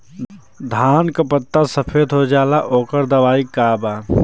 धान के पत्ता सफेद हो जाला ओकर दवाई का बा?